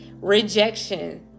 rejection